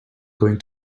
going